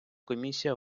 комісія